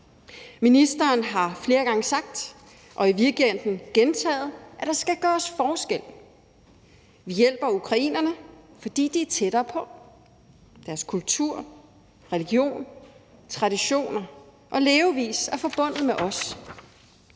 Ministeren har flere gange sagt og i weekenden gentaget, at der skal gøres forskel. Vi hjælper ukrainerne, fordi de er tættere på. Deres kultur, religion, traditioner og levevis er forbundet med os.